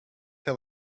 tell